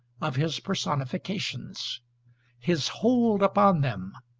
of his personifications his hold upon them,